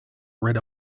rid